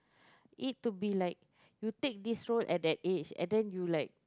it to be like you take this role at that age and then you will like